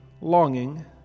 longing